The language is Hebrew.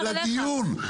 אני רוצה להגיע לדיון,